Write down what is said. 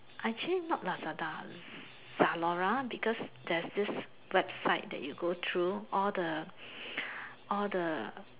actually not Lazada Zalora because there's this website that you go through all the all the